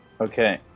Okay